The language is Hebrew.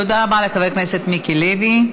תודה רבה לחבר הכנסת מיקי לוי.